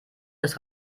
des